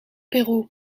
peru